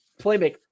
playmaker